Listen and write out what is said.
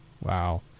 Wow